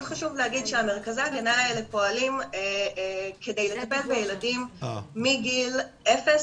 מאוד חשוב לומר שמרכזי ההגנה האלה פועלים כדי לטפל בילדים מגיל אפס